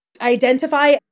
identify